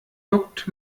juckt